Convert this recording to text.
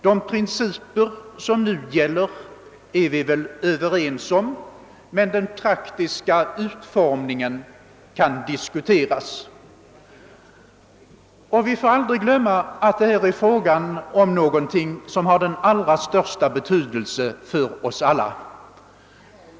De principer som nu gäller är vi väl överens om, men den praktiska utformningen kan diskuteras, Vi får aldrig glömma att det här är fråga om något som har den allra största betydelse för oss alla.